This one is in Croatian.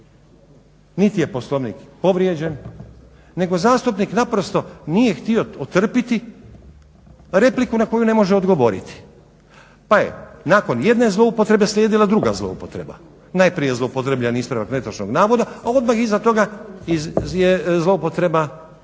Niti je Poslovnik povrijeđen nego zastupnik naprosto nije htio otrpjeti repliku na koju ne može odgovoriti pa je nakon jedne zloupotrebe slijedila druga zloupotreba. Najprije je zloupotrijebljen ispravak netočnog navoda, a odmah iza toga je zloupotreba povrede